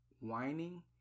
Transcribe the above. whining